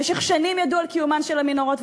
במשך שנים ידעו על קיומן של המנהרות,